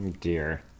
dear